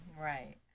Right